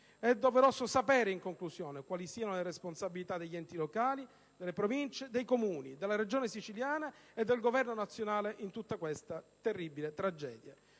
È doveroso sapere, in conclusione, quali siano le responsabilità degli enti locali, Provincia e Comune, della Regione siciliana e del Governo nazionale in tutta questa terribile tragedia.